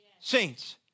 saints